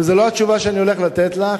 וזאת לא התשובה שאני הולך לתת לך,